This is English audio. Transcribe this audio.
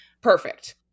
perfect